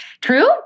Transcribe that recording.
true